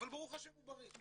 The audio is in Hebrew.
אבל ברוך השם הוא בריא.